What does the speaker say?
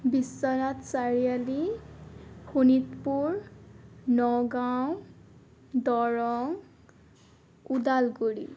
Biswanath Chariali Sonitpur Nagaon Darrang Udalguri